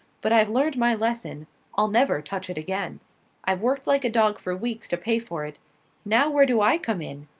but i've learned my lesson i'll never touch it again i've worked like a dog for weeks to pay for it now where do i come in?